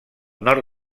nord